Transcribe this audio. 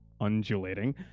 undulating